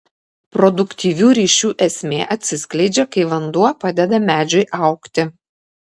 produktyvių ryšių esmė atsiskleidžia kai vanduo padeda medžiui augti